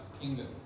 kingdom